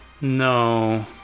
No